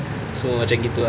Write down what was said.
so macam gitu ah